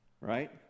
right